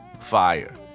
fire